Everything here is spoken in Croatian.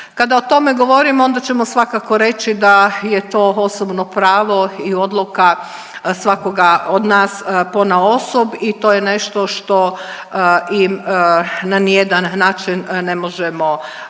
Kada o tome govorimo onda ćemo svakako reći da je to osobno pravo i odluka svakoga od nas ponaosob i to je nešto što im na ni jedan način ne možemo osporiti.